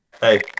Hey